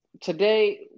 today